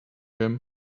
him